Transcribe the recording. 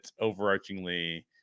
overarchingly